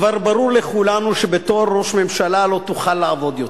כבר ברור לכולנו שבתור ראש הממשלה לא תוכל לעבוד יותר.